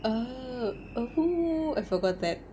oh oo I forgot that